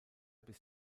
bis